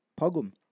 Pogum